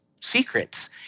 secrets